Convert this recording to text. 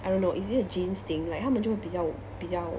I don't know is it a jeans thing like 他们就会比较比较